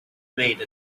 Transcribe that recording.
made